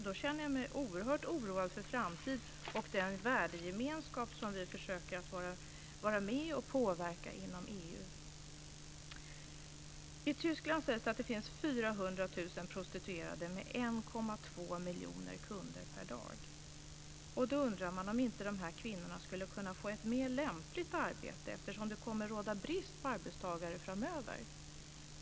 Då känner jag mig oerhört oroad för framtiden och den värdegemenskap som vi försöker vara med och påverka inom I Tyskland sägs det att det finns 400 000 prostituerade med 1,2 miljoner kunder per dag. Man undrar om inte de här kvinnorna skulle kunna få ett mer lämpligt arbete, eftersom det kommer att råda brist på arbetstagare framöver.